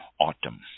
autumn